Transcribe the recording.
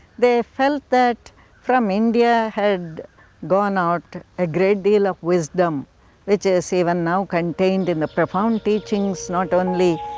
they felt that from india had gone out a great deal of wisdom which is even now contained in the profound teachings not only